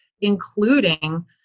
including